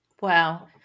Wow